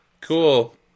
Cool